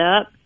up